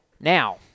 now